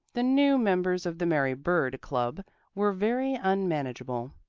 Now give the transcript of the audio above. the new members of the mary-bird club were very unmanageable.